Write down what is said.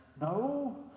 No